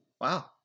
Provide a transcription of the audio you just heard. Wow